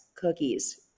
cookies